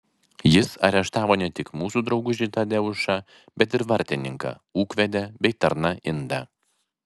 jis areštavo ne tik mūsų draugužį tadeušą bet ir vartininką ūkvedę bei tarną indą